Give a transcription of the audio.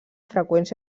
freqüents